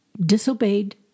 disobeyed